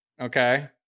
okay